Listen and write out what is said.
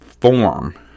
form